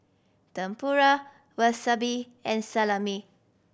Tempura Wasabi and Salami